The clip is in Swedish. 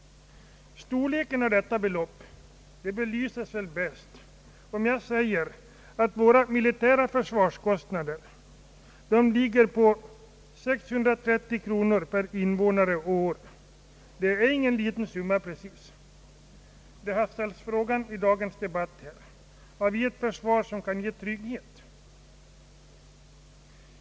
Storleken av detta belopp belyses väl bäst, om jag säger att våra militära försvarskostnader ligger på c:a 630 kronor per invånare och år, och det är inte precis någon liten summa. I dagens debatt har ställts frågan: Har vi ett försvar som kan ge trygghet?